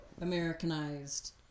Americanized